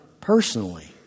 personally